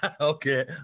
Okay